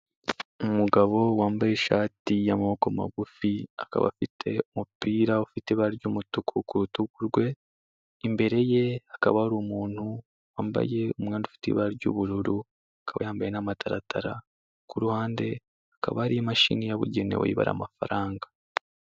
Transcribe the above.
Umugabo wambaye ishati y'amoboko magufi akaba afite umupira ufite ibara ry'umutuku ku rutugu rwe imbere ye hakaba hari umuntu wambaye umwenda ufite ibara ry'ubururu akaba yambaye n'amataratara kuruhande rwe hakaba hari imashini yabugenewe ibara amafaranga.